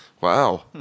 Wow